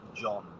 John